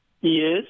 Yes